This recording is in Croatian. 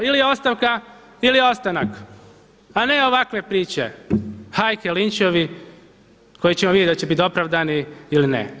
Ili ostavka ili ostanak, a ne ovakve priče, hajke, linčevi koje ćemo vidjeti hoće li biti opravdani ili ne.